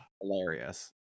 Hilarious